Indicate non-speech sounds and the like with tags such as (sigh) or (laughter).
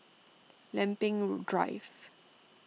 Lempeng (unintelligible) Drive